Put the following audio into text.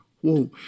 Whoa